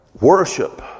Worship